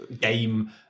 game